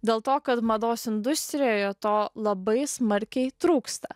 dėl to kad mados industrijoje to labai smarkiai trūksta